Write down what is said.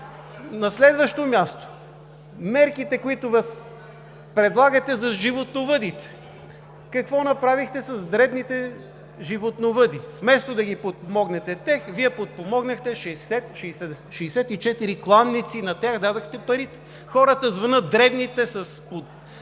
На следващо място, мерките, които предлагате за животновъдите, какво направихте с дребните животновъди? Вместо да ги подпомогнете, тях Вие подпомогнахте 64 кланици, на тях дадохте парите. Хората с по